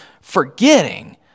forgetting